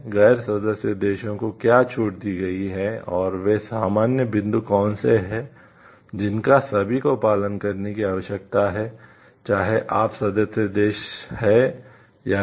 गैर सदस्य देशों को क्या छूट दी गई है और वे सामान्य बिंदु कौन से हैं जिनका सभी को पालन करने की आवश्यकता है चाहे आप सदस्य देश हैं या नहीं